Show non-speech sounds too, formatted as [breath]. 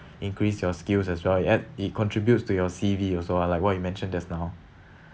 increase your skills as well yet it contributes to your C_V also ah like what you mentioned just now [breath]